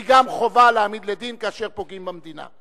היא גם חובה להעמיד לדין כאשר פוגעים במדינה.